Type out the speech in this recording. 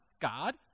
God